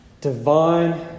divine